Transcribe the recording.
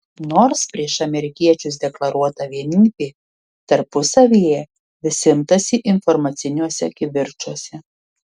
nors prieš amerikiečius deklaruota vienybė tarpusavyje vis imtasi informaciniuose kivirčuose